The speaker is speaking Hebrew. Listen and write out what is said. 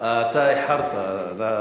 אני אחריה?